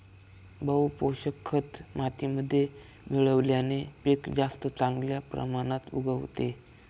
बहू पोषक खत मातीमध्ये मिळवल्याने पीक जास्त चांगल्या प्रमाणात उगवते